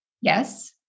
Yes